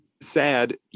sad